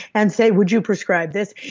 and say would you prescribe this.